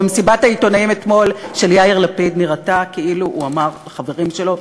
ומסיבת העיתונאים אתמול של יאיר לפיד נראתה כאילו הוא אמר לחברים שלו: